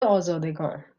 آزادگان